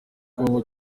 kongo